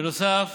בנוסף,